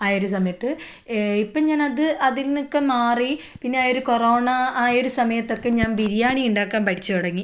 ആ ഒരു സമയത്ത് ഇപ്പം ഞാൻ അത് അതിന്നെക്കെ മാറി പിന്നെ ആ ഒരു കൊറോണ ആയ ഒരു സമയത്തൊക്കെ ഞാൻ ബിരിയാണി ഉണ്ടാക്കാൻ പഠിച്ച് തുടങ്ങി